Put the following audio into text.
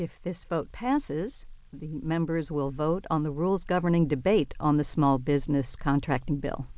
if this vote passes the members will vote on the rules governing debate on the small business contracting bill